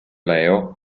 leo